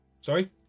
Sorry